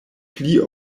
pli